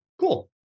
Cool